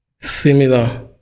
similar